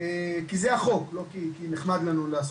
וזה כי זה החוק, לא כי נחמד לנו לעסוק בזה.